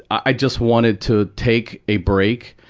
i just wanted to take a break.